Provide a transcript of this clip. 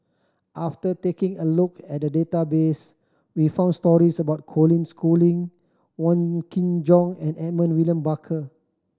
after taking a look at the database we found stories about Colin Schooling Wong Kin Jong and Edmund William Barker